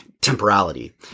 temporality